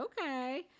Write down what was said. Okay